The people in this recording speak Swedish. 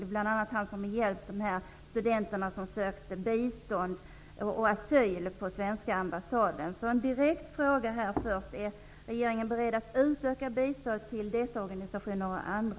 Det är bl.a. han som har hjälpt de studenter som sökt asyl på svenska ambassaden. En direkt fråga är alltså: Är regeringen beredd att utöka biståndet till dessa och andra organisationer?